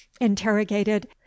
interrogated